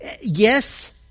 Yes